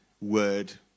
Word